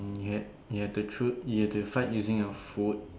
you you have to choose you have to fight using a food